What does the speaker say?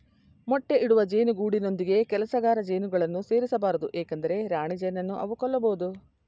ಮೊಟ್ಟೆ ಇಡುವ ಜೇನು ಗೂಡಿನೊಂದಿಗೆ ಕೆಲಸಗಾರ ಜೇನುಗಳನ್ನು ಸೇರಿಸ ಬಾರದು ಏಕೆಂದರೆ ರಾಣಿಜೇನನ್ನು ಅವು ಕೊಲ್ಲಬೋದು